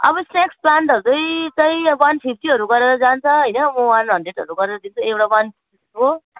अब स्नेक्स् प्लान्टहरू चाहिँ वान फिफ्टीहरू गरेर जान्छ होइन म वान हन्ड्रेडहरू गरेर दिन्छु एउटा वान को